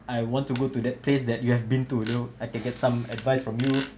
I want to go to that place that you have been to you know I can get some advice from you